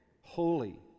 holy